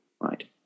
Right